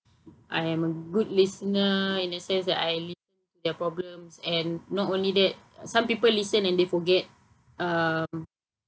I'm a good listener in the sense that I li~ their problem and not only that some people listen and they forget um